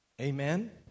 Amen